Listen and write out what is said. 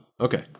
okay